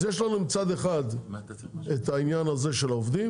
אז יש לנו מצד אחד את עניין העובדים,